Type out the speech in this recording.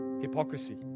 Hypocrisy